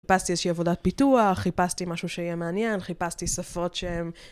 חיפשתי איזושהי עבודת פיתוח, חיפשתי משהו שיהיה מעניין, חיפשתי שפות שהם...